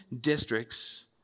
districts